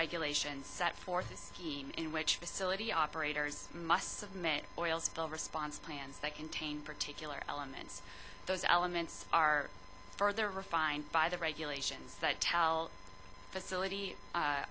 regulations set forth a scheme in which facility operators must submit oil spill response plans that contain particular elements those elements are further refined by the regulations that tell facility